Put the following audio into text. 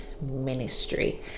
Ministry